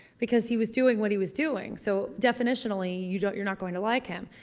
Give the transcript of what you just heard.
because he was doing what he was doing. so definitionally you don't, you're not going to like him.